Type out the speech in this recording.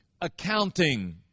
accounting